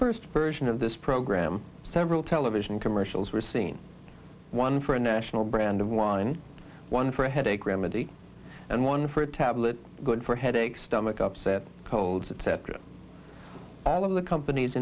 first version of this program several television commercials were seen one for a national brand of wine one for a headache remedy and one for a tablet good for headaches stomach upset codes etc all of the companies